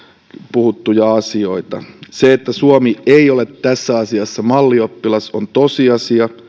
puhuttuja asioita se että suomi ei ole tässä asiassa mallioppilas on tosiasia